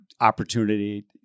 opportunity